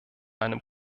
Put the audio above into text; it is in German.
einem